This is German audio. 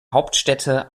hauptstädte